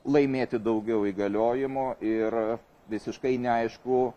laimėti daugiau įgaliojimų ir visiškai neaišku